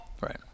right